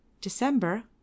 December